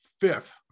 fifth